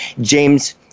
James